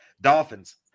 Dolphins